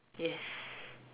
yes